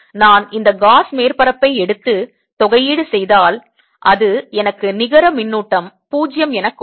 நான் இந்த காஸ் மேற்பரப்பை எடுத்து தொகையீடு செய்தால் அது எனக்கு நிகர மின்னூட்டம் 0 எனக் கொடுக்கும்